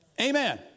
Amen